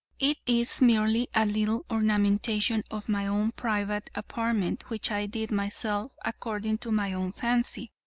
it is merely a little ornamentation of my own private apartment which i did myself according to my own fancy.